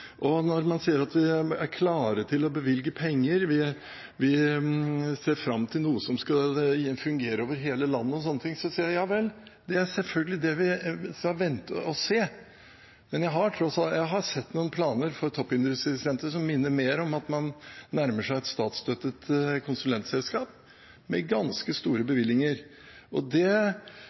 ser fram til noe som skal fungere over hele landet, så sier vi: Ja vel, det er selvfølgelig det vi må vente på og se. Men jeg har sett noen planer for toppindustrisenteret som minner mer om at man nærmer seg et statsstøttet konsulentselskap, med ganske store bevilgninger. Da tror jeg man får et litt annet perspektiv på det. La oss nå vente og se hva som faktisk kommer ut av planleggingen, så tar vi stilling til det